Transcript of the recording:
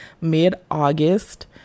mid-August